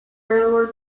railroad